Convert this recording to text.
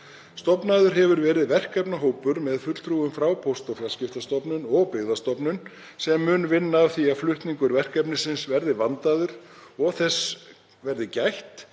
Stofnaður hefur verið verkefnahópur með fulltrúum frá Póst- og fjarskiptastofnun og Byggðastofnun sem mun vinna að því að flutningur verkefnisins verði vandaður og að þess verði gætt